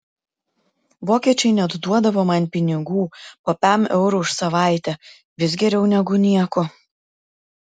vokiečiai net duodavo man pinigų po pem eurų už savaitę vis geriau negu nieko